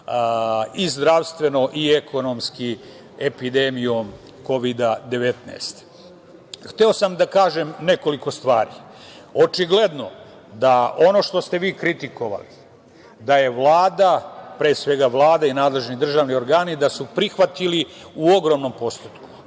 i zdravstveno i ekonomski epidemijom Kovida -19.Hteo sam da kažem nekoliko stvari. Očigledno je da ono što ste vi kritikovali da su, pre svega, Vlada i nadležni državni organi prihvatili u ogromnom postotku.